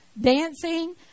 dancing